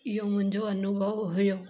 इहो मुंहिंजो अनुभव हुयो